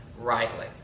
rightly